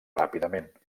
ràpidament